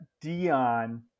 Dion